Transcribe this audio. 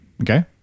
Okay